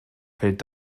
fällt